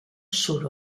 sur